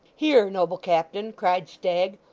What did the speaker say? here, noble captain cried stagg.